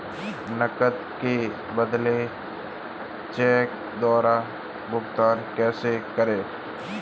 नकद के बदले चेक द्वारा भुगतान कैसे करें?